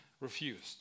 refused